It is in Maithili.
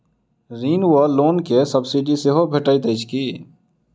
ऋण वा लोन केँ सब्सिडी सेहो भेटइत अछि की?